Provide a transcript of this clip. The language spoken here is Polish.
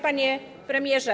Panie Premierze!